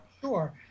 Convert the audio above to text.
sure